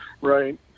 right